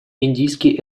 индийский